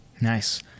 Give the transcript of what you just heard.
Nice